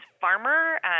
farmer